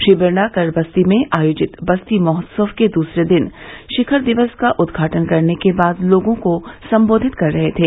श्री बिरला कल बस्ती में आयोजित बस्ती महोत्सव के दूसरे दिन शिखर दिवस का उदघाटन करने के बाद लोगों को संबेधित कर रहे थे